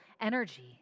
energy